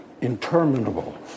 interminable